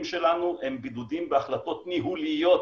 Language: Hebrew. שלנו הם בידודים בהחלטות ניהוליות,